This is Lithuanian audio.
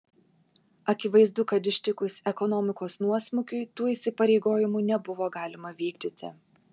akivaizdu kad ištikus ekonomikos nuosmukiui tų įsipareigojimų nebuvo galima vykdyti